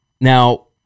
Now